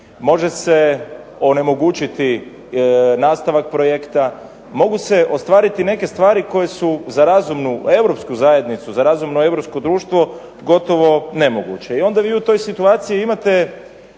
može se onemogućiti nastavak projekta, mogu se ostvariti neke stvari koje su za razumnu Europsku zajednicu, za razumno europsko društvo gotovo nemoguće. I onda vi u toj situaciji imate